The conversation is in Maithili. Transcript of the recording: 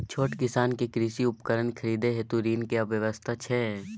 छोट किसान के कृषि उपकरण खरीदय हेतु ऋण के की व्यवस्था छै?